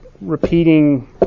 repeating